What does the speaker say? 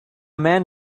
man